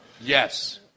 Yes